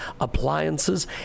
appliances